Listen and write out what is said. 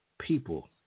People